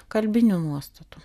kalbinių nuostatų